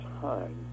time